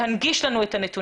להנגיש לנו אותם.